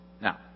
Now